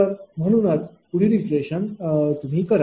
तर म्हणूनच पुढील इटरेशन करा